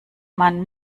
man